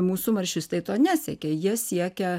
mūsų maršistai to nesiekia jie siekia